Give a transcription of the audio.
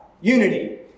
unity